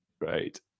Right